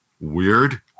weird